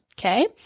Okay